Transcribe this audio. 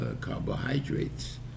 carbohydrates